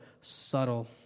subtle